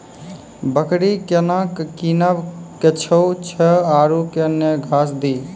बकरी केना कीनब केअचछ छ औरू के न घास दी?